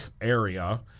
area